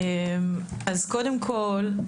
קודם כל,